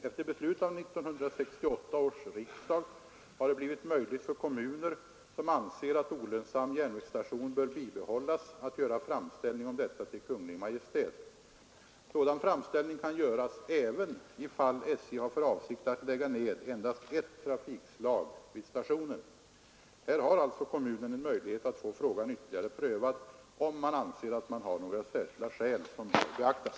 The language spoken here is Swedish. Efter beslut av 1968 års riksdag har det blivit möjligt för kommuner, som anser att olönsam järnvägsstation bör bibehållas, att göra framställning om detta till Kungl. Maj:t. Sådan framställning kan göras även ifall SJ har för avsikt att lägga ned endast ett trafikslag vid stationen. Här har alltså kommunen en möjlighet att få frågan ytterligare prövad, om man anser att man har några särskilda skäl som bör beaktas.